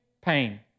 pain